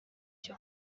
byo